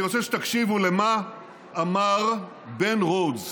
אני רוצה שתקשיבו למה שאמר בן רודס.